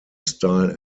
style